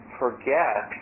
forget